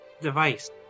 device